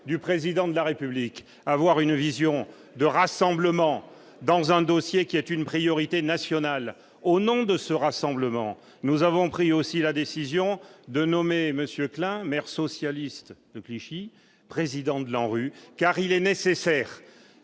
du président de la République, avoir une vision de rassemblement dans un dossier qui est une priorité nationale au nom de ce rassemblement, nous avons pris aussi la décision de nommer Monsieur Klein, maire socialiste de Clichy, président de l'ANRU car il est nécessaire